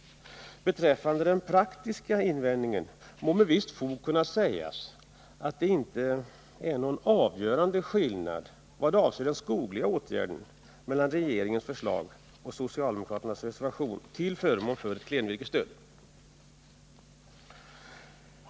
Beträffande den praktiska invändningen må med visst fog kunna sägas att det inte är någon avgörande skillnad vad avser den skogliga åtgärden mellan regeringens förslag och socialdemokraternas reservation till förmån för klenvirkesstöd.